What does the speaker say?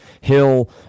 Hill